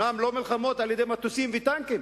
אומנם לא מלחמות על-ידי מטוסים וטנקים,